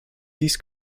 dies